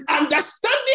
understanding